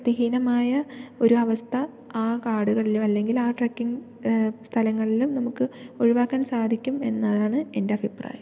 വൃത്തിഹീനമായ ഒരവസ്ഥ ആ കാടുകളിൽ അല്ലെങ്കിൽ ആ ട്രക്കിങ്ങ് സ്ഥലങ്ങളിലും നമുക്ക് ഒഴിവാക്കാൻ സാധിക്കും എന്നതാണ് എൻറ്റഭിപ്രായം